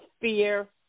fear